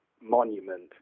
Monument